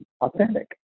authentic